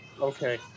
Okay